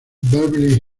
beverly